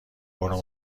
برو